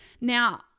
Now